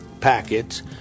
packets